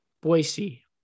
Boise